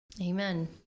Amen